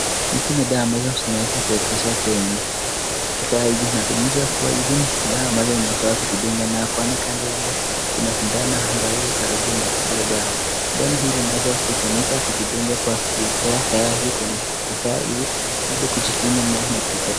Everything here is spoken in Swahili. Hizi ni dawa ambazo zimewezwa kuegezwa kwenye kifaa hiki, na hizi dawa ambazo unaweza kujidunga nayo, na kando yao kuna sindano ambayo iko karibu na zile dawa, dawa hutumika kwa kujidunga kwa kuitowa dawa hizi kwenye kifaa hiki ili kujikimu.